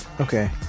okay